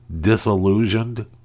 disillusioned